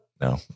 No